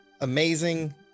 amazing